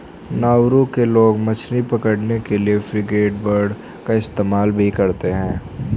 Nauru के लोग मछली पकड़ने के लिए फ्रिगेटबर्ड का इस्तेमाल भी करते हैं